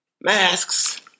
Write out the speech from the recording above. masks